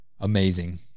Amazing